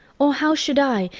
or how should i,